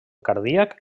cardíac